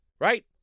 right